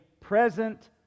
present